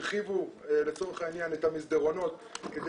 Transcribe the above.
הרחיבו לצורך העניין את המסדרונות כדי